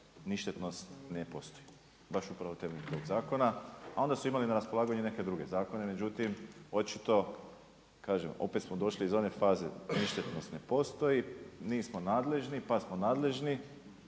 ništetnost ne postoji, baš upravo temeljem tog zakona. A onda su imali na raspolaganju neke druge zakone, međutim očito opet smo došli iz one faze ništetnost ne postoji, nismo nadležni pa smo nadležni,